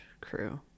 crew